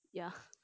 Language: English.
ya